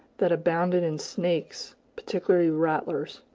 that abounded in snakes, particularly rattlers.